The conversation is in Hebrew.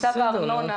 בצו הארנונה.